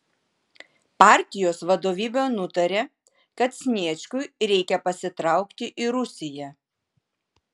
partijos vadovybė nutarė kad sniečkui reikia pasitraukti į rusiją